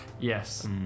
Yes